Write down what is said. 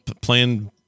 playing